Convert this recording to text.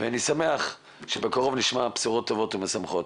אני שמח שבקרוב נשמע בשורות טובות ומשמחות.